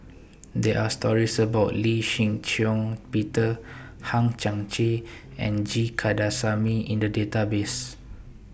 There Are stories about Lee Shih Shiong Peter Hang Chang Chieh and G Kandasamy in The Database